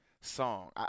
song